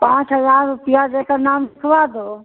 पाँच हज़ार रुपया देकर नाम लिखवा दो